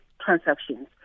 transactions